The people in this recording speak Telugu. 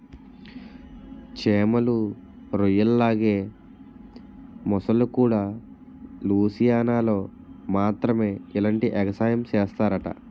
చేమలు, రొయ్యల్లాగే మొసల్లుకూడా లూసియానాలో మాత్రమే ఇలాంటి ఎగసాయం సేస్తరట